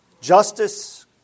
Justice